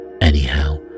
Anyhow